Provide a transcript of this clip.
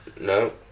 No